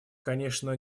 конечно